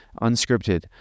unscripted